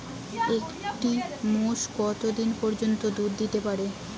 একটি মোষ কত দিন পর্যন্ত দুধ দিতে পারে?